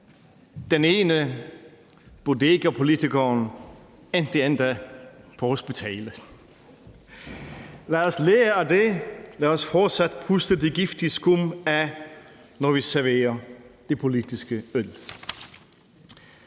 Den ene, bodegapolitikeren, endte endda på hospitalet. Lad os lære af det, og lad os fortsat puste det giftige skum af, når vi serverer det politiske øl.